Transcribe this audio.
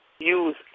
use